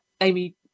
Amy